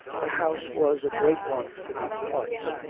the house was a great one for these parts.